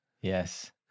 Yes